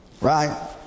Right